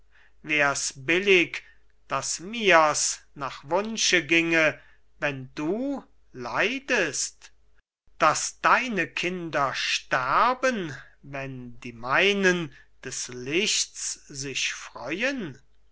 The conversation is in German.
wär's billig daß mir's nach wunsche ginge wenn du leidest daß deine kinder stärben wenn die meinen des lichts sich freun